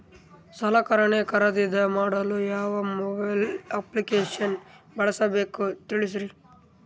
ಸಲಕರಣೆ ಖರದಿದ ಮಾಡಲು ಯಾವ ಮೊಬೈಲ್ ಅಪ್ಲಿಕೇಶನ್ ಬಳಸಬೇಕ ತಿಲ್ಸರಿ?